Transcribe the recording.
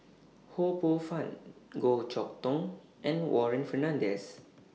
Ho Poh Fun Goh Chok Tong and Warren Fernandez